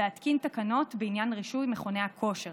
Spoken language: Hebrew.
להתקין תקנות בעניין רישוי מכוני הכושר.